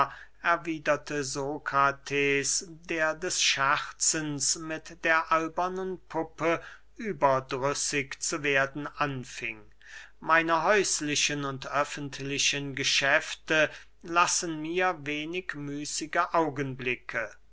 erwiederte sokrates der des scherzens mit der albernen puppe überdrüßig zu werden anfing meine häuslichen und öffentlichen geschäfte lassen mir wenig müßige augenblicke